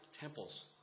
temples